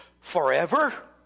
Forever